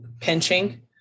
pinching